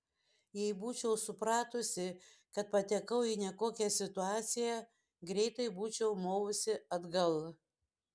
jei būčiau supratusi kad patekau į nekokią situaciją greitai būčiau movusi atgal